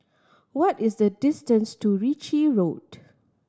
what is the distance to Ritchie Road